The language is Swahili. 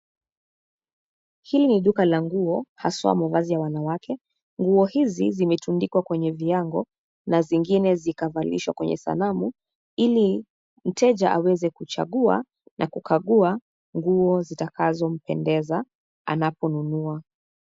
Hili ni duka la nguo haswa mavazi ya wanawake. Nguo hizi zimetundikwa kwenye viango na zingine zikavalishwa kwenye sanamu ili mteja aweze kuchagua na kukagua nguo zitakazo mpendeza anaponunua.